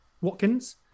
Watkins